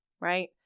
Right